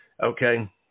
Okay